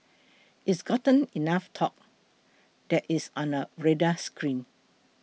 it's gotten enough talk that it's on our radar screen